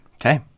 okay